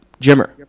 Jimmer